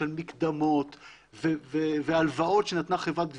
של מקדמות ושל הלוואות שנתנה חברת הגבייה,